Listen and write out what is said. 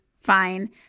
Fine